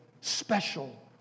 special